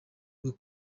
rwo